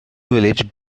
village